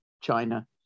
China